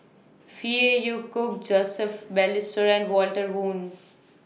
Phey Yew Kok Joseph Balestier and Walter Woon